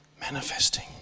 manifesting